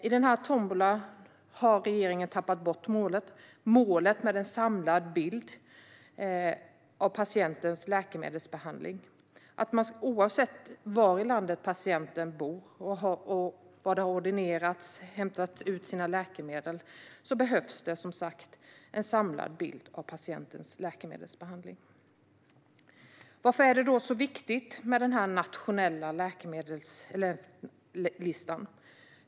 I den har regeringen tappat bort målet, som är en samlad bild av en patients läkemedelsbehandling. Det behövs som sagt en samlad bild av patientens läkemedelsbehandling, oavsett var i landet patienten bor, har ordinerats eller hämtat ut läkemedel. Varför är det viktigt med en nationell läkemedelslista?